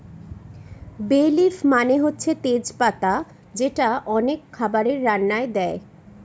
বে লিফ মানে হচ্ছে তেজ পাতা যেটা অনেক খাবারের রান্নায় দেয়